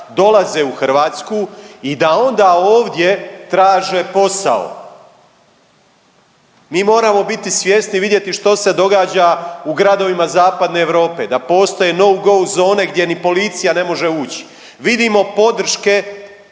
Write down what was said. dolaze u Hrvatsku i da onda ovdje traže posao. Mi moramo biti svjesni vidjeti što se događa u gradovima zapadne Europe, da postoje no go zone gdje ni policija ne može ući. Vidimo podrške